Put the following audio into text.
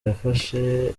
yafashe